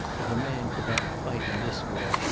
if a man could not fight in this war,